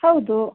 ಹೌದು